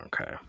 Okay